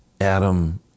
Adam